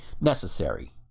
necessary